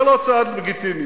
זה לא צעד לגיטימי.